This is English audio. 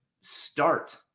start